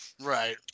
Right